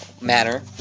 manner